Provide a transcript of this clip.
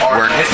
work